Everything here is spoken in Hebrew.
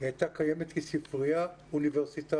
היא הייתה קיימת כספרייה אוניברסיטאית.